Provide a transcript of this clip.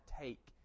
take